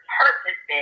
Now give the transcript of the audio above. purpose